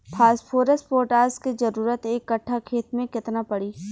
Phosphorus potash के जरूरत एक कट्ठा खेत मे केतना पड़ी?